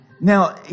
Now